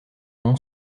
nom